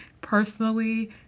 personally